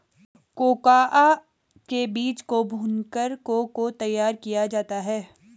cocoa के बीज को भूनकर को को तैयार किया जाता है